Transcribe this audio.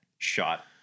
shot